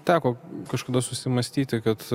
teko kažkada susimąstyti kad